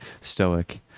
stoic